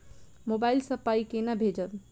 Mobile सँ पाई केना भेजब?